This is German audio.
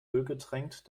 ölgetränkt